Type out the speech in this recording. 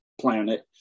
planet